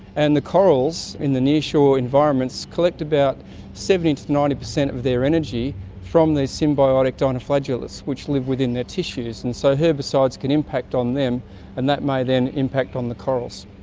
and the corals in the near-shore environments collect about seventy percent to ninety percent of their energy from these symbiotic dinoflagellates which live within their tissues. and so herbicides can impact on them and that may then impact on the corals.